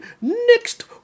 next